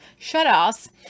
shutoffs